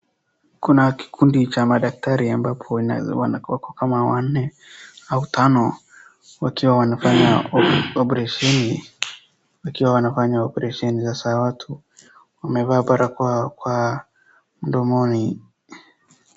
Kuna kikundi cha madaktari ambapo wanakuako kama wanne, au tanom wakiwa wanafanya oparesheni, sasa watu wamevaa barakoa kwa mdomoni,